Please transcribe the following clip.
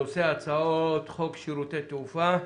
הנושא: הצעת חוק שירותי תעופה,